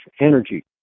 energy